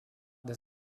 this